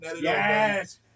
Yes